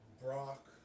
Brock